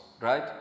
right